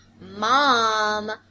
Mom